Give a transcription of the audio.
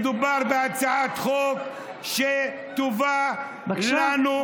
מדובר בהצעת חוק שטובה לנו,